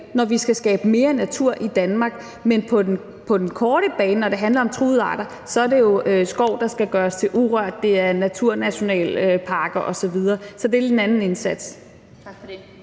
når vi skal skabe mere natur i Danmark. Men på den korte bane, når det handler om truede arter, er det skov, der skal gøres urørt, det er naturnationalparker, osv. Så det er lidt en anden indsats.